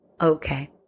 okay